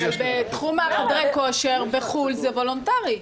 אבל בתחום חדרי הכושר, בחו"ל זה וולונטרי?